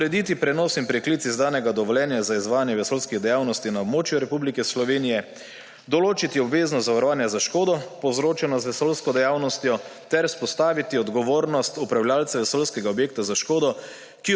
urediti prenos in preklic izdanega dovoljenja za izvajanje vesoljskih dejavnosti na območju Republike Slovenije, določiti obvezno zavarovanje za škodo, povzročeno z vesoljsko dejavnostjo, ter vzpostaviti odgovornost upravljavca vesoljskega objekta za škodo,